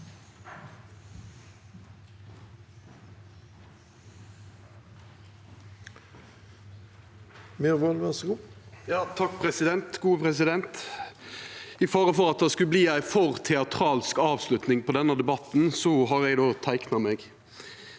I fare for at det skal verta ei for teatralsk avslutning på denne debatten, har eg teikna meg.